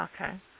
Okay